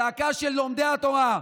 זעקתם של לומדי התורה.